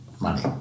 money